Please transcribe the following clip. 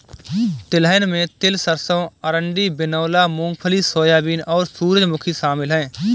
तिलहन में तिल सरसों अरंडी बिनौला मूँगफली सोयाबीन और सूरजमुखी शामिल है